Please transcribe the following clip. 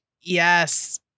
yes